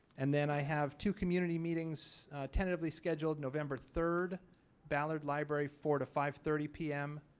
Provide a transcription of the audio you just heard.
and then i have two community meetings tentatively scheduled november third ballard library four to five thirty p m.